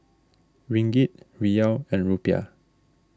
Ringgit Riyal and Rupiah